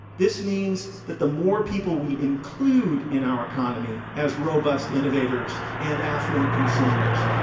this means that the more people we include in our economy as robust innovators and affluent consumers,